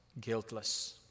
guiltless